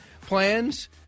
plans